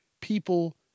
People